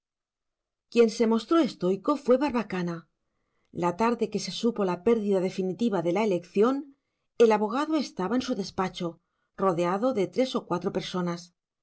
quien se mostró estoico fue barbacana la tarde que se supo la pérdida definitiva de la elección el abogado estaba en su despacho rodeado de tres o cuatro personas